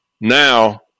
now